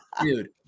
dude